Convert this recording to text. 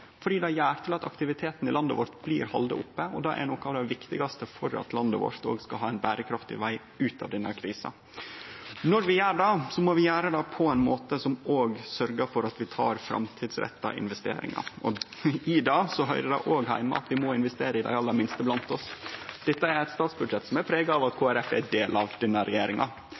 det gjer at aktiviteten i landet vårt blir halden oppe, og det er noko av det viktigaste for at landet vårt òg skal ha ein berekraftig veg ut av denne krisa. Når vi gjer det, må vi gjere det på ein måte som òg sørgjer for at vi tek framtidsretta investeringar. I det høyrer det òg heime at vi må investere i dei aller minste blant oss. Dette er eit statsbudsjett som er prega av at Kristeleg Folkeparti er del av denne regjeringa.